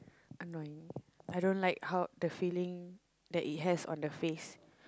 annoying I don't like how the feeling that it has on the face